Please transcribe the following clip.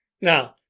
Now